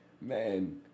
Man